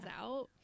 out